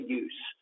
use